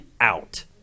out